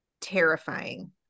terrifying